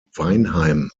weinheim